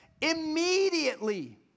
immediately